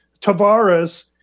Tavares